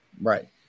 Right